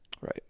Right